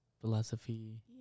philosophy